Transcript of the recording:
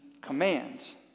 commands